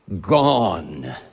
Gone